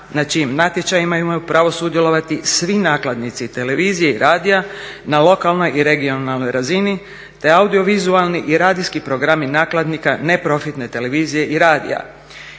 na čijim natječajima imaju pravo sudjelovati svi nakladnici televizije i radija na lokalnoj i regionalnoj razini te audio vizualni i radijski programi nakladnika neprofitne televizije i radija.